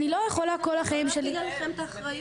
אני לא יכולה כל החיים שלי --- לא להפיל עליכם את האחריות.